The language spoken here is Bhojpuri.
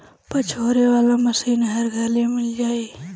पछोरे वाला मशीन हर घरे मिल जाई